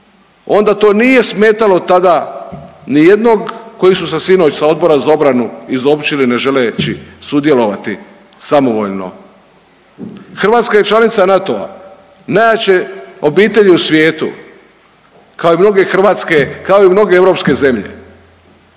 onda to nije smetalo tada nijednog koji su sa sinoć sa Odbora za obranu izopćili ne želeći sudjelovati samovoljno. Hrvatska je članica NATO-a, najjače obitelji u svijetu, kao i mnoge hrvatske, kao i mnoge europske zemlje,